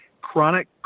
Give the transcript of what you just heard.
Chronic